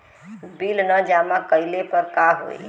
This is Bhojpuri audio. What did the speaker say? बिल न जमा कइले पर का होई?